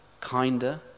kinder